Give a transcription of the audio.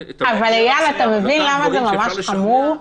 איל, אתה מבין למה זה ממש חמור?